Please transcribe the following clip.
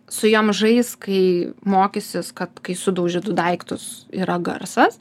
su jom žaisk kai mokysis kad kai sudauži du daiktus yra garsas